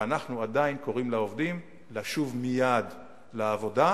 ואנחנו עדיין קוראים לעובדים לשוב מייד לעבודה,